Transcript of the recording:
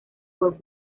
por